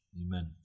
Amen